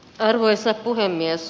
arvoisa puhemies